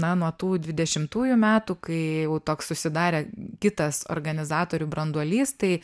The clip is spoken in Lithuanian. na nuo tų dvidešimtųjų metų kai jau toks susidarė kitas organizatorių branduolys tai